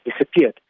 disappeared